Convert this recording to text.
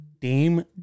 Dame